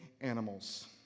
animals